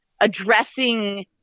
addressing